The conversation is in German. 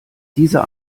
dieser